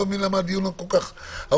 אני לא מבין למה הדיון כל כך ארוך.